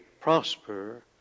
prosper